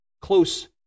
close